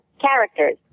characters